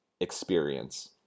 experience